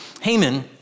Haman